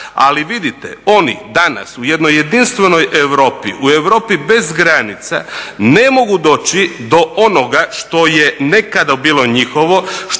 Ali vidite oni danas u jednoj jedinstvenoj Europi u Europi bez granica ne mogu doći do onoga što je nekada bilo njihovo,